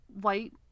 white